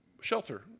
shelter